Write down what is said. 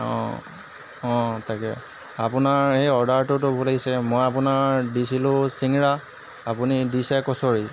অঁ অঁ তাকে আপোনাৰ এই অৰ্ডাৰটোতো ভুল আহিছে মই আপোনাৰ দিছিলো চিংৰা আপুনি দিছে কচুৰি